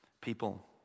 people